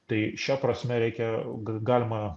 tai šia prasme reikia ga galima